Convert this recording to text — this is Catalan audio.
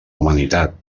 humanitat